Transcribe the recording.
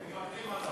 מוותרים עליו.